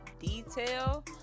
detail